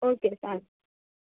okay સારું